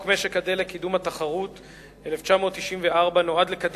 יציג את הצעת החוק יושב-ראש ועדת הכלכלה,